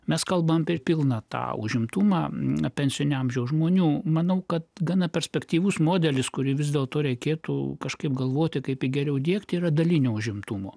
mes kalbame per pilną tą užimtumą pensinio amžiaus žmonių manau kad gana perspektyvus modelis kurį vis dėlto reikėtų kažkaip galvoti kaip geriau diegti ir dalinio užimtumo